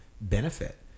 benefit